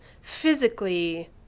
physically